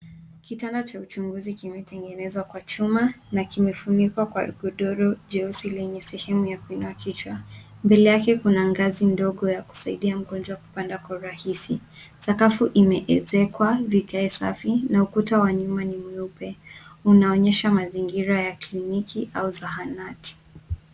Kitanda cha uchunguzi kimetengenezwa kwa chuma na kimefunikwa kwa godoro jeusi lenye sehemu ya kuinua kichwa. Mbele yake kuna ngazi ndogo ya kusaidia mgonjwa kupanda kwa urahisi. Sakafu imeezekwa vigae safi na ukuta wa nyuma ni mweupe ,unaonyesha mazingira ya kliniki au zahanati.